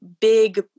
big